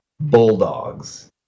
Bulldogs